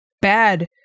bad